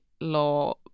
law